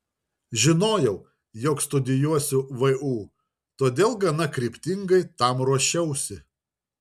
žinojau jog studijuosiu vu todėl gana kryptingai tam ruošiausi